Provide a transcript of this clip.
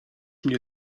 mnie